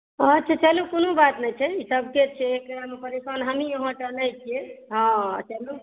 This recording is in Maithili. हँ अच्छे चलू कोनो बात नहि छै ई सब सबकेँ बात छै एकरामे परेशान हमही आहाँ टा नहि छियै हँ चलू